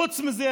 חוץ מזה,